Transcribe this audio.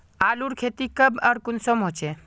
आलूर खेती कब आर कुंसम होचे?